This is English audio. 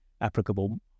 applicable